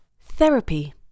Therapy